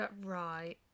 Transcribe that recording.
right